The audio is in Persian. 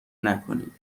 نکنید